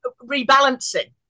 rebalancing